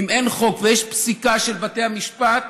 אם אין חוק ויש פסיקה של בתי משפט,